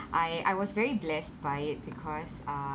I I was very blessed by it because uh